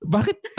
Bakit